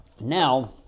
now